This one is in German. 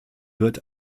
wird